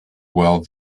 well